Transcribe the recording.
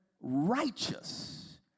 righteous